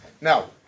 Now